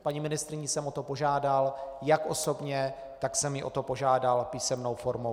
Paní ministryni jsem o to požádal jak osobně, tak jsem ji o to požádal písemnou formou.